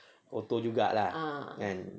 kotor juga lah kan